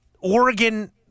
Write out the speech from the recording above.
Oregon